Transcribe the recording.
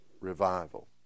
revival